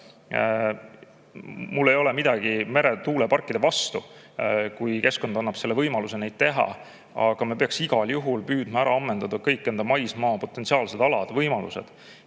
Mul ei ole midagi meretuuleparkide vastu, kui keskkond annab võimaluse neid teha, aga me peaksime igal juhul püüdma ära ammendada kõik enda maismaa potentsiaalsed alad ja võimalused.